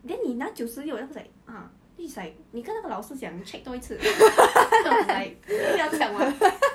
then 你拿九十六 then I was like uh then she is like 你跟那个老师讲你 check 多一次 then I'm like 你可以不要这样 mah